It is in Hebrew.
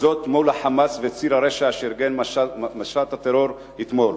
וזאת מול ה"חמאס" וציר הרשע שארגן את משט הטרור אתמול.